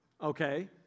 Okay